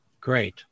Great